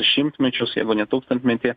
šimtmečius jeigu ne tūkstantmetį